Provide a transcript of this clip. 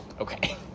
Okay